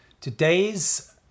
Today's